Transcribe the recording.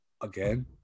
again